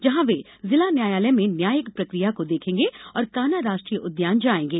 जहां वे जिला न्यायालय में न्यायिक प्रकिया को देखेंगे और कान्हा राष्ट्रीय उद्यान जायेंगे